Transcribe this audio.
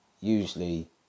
Usually